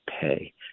pay